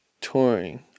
touring